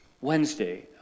Wednesday